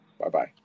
Bye-bye